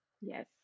yes